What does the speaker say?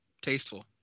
tasteful